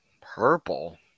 Purple